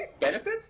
Benefits